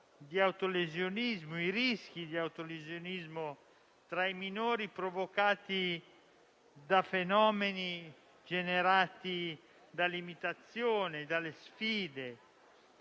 di autolesionismo, i rischi di autolesionismo tra i minori provocati da fenomeni generati dall'imitazione, dalle sfide,